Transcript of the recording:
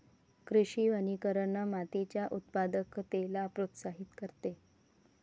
कृषी वनीकरण मातीच्या उत्पादकतेला प्रोत्साहित करते